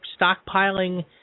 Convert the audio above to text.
stockpiling